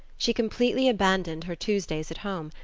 she completely abandoned her tuesdays at home,